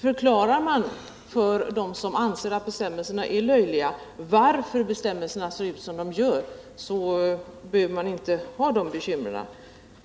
Förklarar man för dem som anser att bestämmelserna är löjliga varför de ser ut som de gör behöver man inte ha de bekymren.